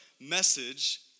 message